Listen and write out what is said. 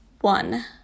One